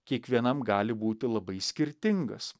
kiekvienam gali būti labai skirtingas